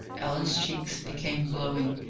ellen's cheeks became glowing.